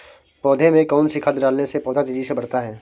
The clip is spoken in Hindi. पौधे में कौन सी खाद डालने से पौधा तेजी से बढ़ता है?